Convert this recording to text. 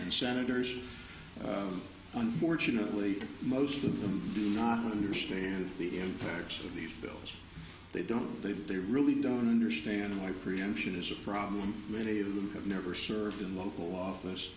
and senators unfortunately most of them do not understand the impact of these bills they don't they they really don't understand why preemption is a problem many of them have never served in local office